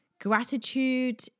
Gratitude